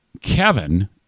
Kevin